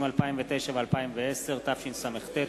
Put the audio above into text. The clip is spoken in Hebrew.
התשס”ט 2009,